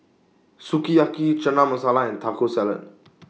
Sukiyaki Chana Masala and Taco Salad